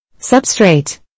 Substrate